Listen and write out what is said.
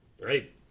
Great